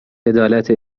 عدالت